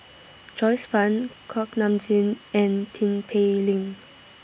Joyce fan Kuak Nam Jin and Tin Pei Ling